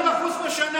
20% בשנה.